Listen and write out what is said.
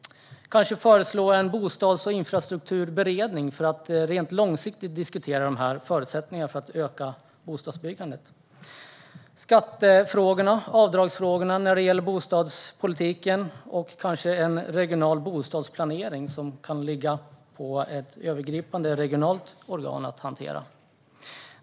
Man kan föreslå en bostads och infrastrukturberedning för att långsiktigt diskutera förutsättningarna för att öka bostadsbyggandet. Vi har skatte och avdragsfrågorna när det gäller bostadspolitiken. Och kanske det kan ligga på ett övergripande regionalt organ att hantera en regional bostadsplanering.